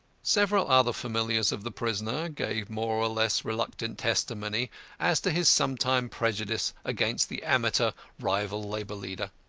several other familiars of the prisoner gave more or less reluctant testimony as to his sometime prejudice against the amateur rival labour leader.